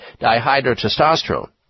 dihydrotestosterone